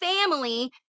family